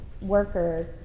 workers